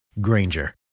Granger